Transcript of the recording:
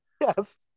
Yes